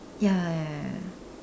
ya ya ya ya ya